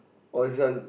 oh this one